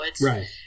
Right